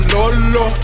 Lolo